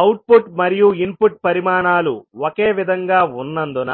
output మరియు input పరిమాణాలు ఒకే విధంగా ఉన్నందున